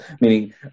meaning